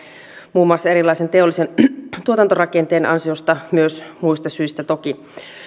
muun muassa teollisen tuotantorakenteen ansiosta myös muista syistä toki